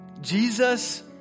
Jesus